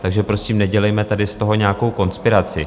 Takže prosím, nedělejme tady z toho nějakou konspiraci.